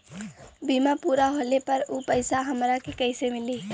बीमा पूरा होले पर उ पैसा हमरा के कईसे मिली?